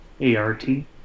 A-R-T